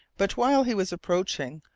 but, while he was approaching,